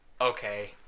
okay